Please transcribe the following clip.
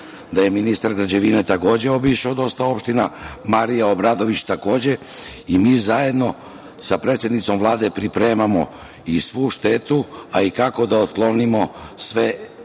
da je ministar građevine obišao dosta opština, Marija Obradović takođe i mi zajedno sa predsednicom Vlade pripremamo i svu štetu, a i kako da otklonimo sve